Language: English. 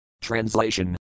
Translation